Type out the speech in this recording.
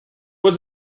was